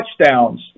touchdowns